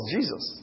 Jesus